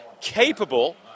capable